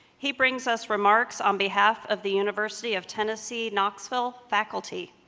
he brings us remarks on behalf of the university of tennessee-knoxville faculty.